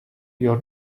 your